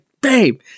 babe